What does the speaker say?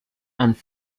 and